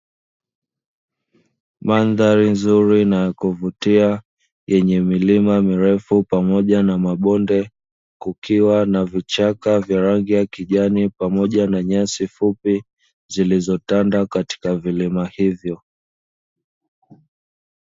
Mandhari nzuri na ya kuvutia yenye milima mirefu pamoja na mabonde kukiwa na vichaka vya rangi ya kijani pamoja na nyasi fupi, zilizotanda katika vilima hivyo.